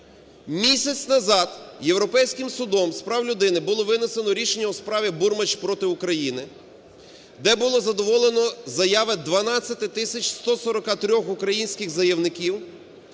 Місяць назад Європейським судом з прав людини було винесено рішення у справі "Бурмич проти України", де була задоволена заява 12 тисяч 143 українських заявників,